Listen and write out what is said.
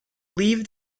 leave